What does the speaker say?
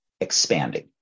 expanding